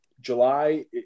july